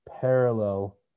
parallel